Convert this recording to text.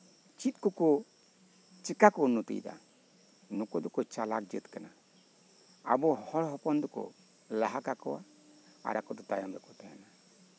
ᱪᱮᱫ ᱠᱚ ᱪᱮᱠᱟ ᱠᱚ ᱩᱱᱱᱚᱛᱤᱣᱮᱫᱟ ᱱᱩᱠᱩ ᱫᱚᱠᱚ ᱪᱟᱞᱟᱠ ᱡᱟᱹᱛ ᱠᱟᱱᱟ ᱟᱵᱚ ᱦᱚᱲ ᱦᱚᱯᱚᱱ ᱫᱚᱠᱚ ᱞᱟᱦᱟ ᱠᱟᱠᱚᱣᱟ ᱟᱨ ᱟᱠᱚ ᱫᱚ ᱛᱟᱭᱚ ᱨᱮ